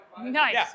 Nice